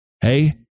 Hey